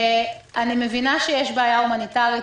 אני מבינה שיש בעיה הומניטרית.